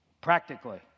Practically